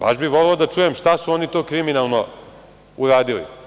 Baš bih voleo da čujem šta su to oni kriminalno uradili.